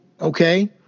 okay